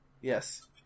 Yes